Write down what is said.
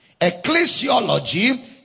Ecclesiology